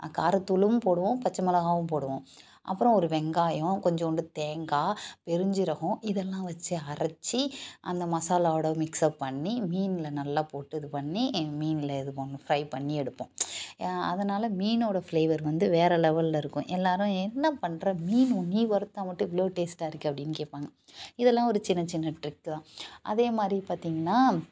காரத்தூளும் போடுவோம் பச்சை மிளகாயும் போடுவோம் அப்புறம் ஒரு வெங்காயம் கொஞ்சோன்டு தேங்காய் பெருஞ்ஜீரகம் இதெல்லாம் வைச்சு அரைச்சி அந்த மசாலாவோடு மிக்ஸ் அப் பண்ணி மீனில் நல்லா போட்டு இது பண்ணி மீனில் இது பண்ணணும் ஃப்ரை பண்ணி எடுப்போம் எ அதனால் மீனோடய ஃப்ளேவர் வந்து வேறு லெவலில் இருக்கும் எல்லாேரும் என்ன பண்ணுற மீன் நீ வறுத்தால் மட்டும் இவ்வளோ டேஸ்ட்டாக இருக்குது அப்படின்னு கேட்பாங்க இதெல்லாம் ஒரு சின்ன சின்ன ட்ரிக்கு தான் அதே மாதிரி பார்த்திங்கன்னா